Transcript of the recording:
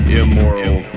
immoral